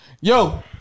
Yo